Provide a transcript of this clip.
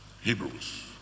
Hebrews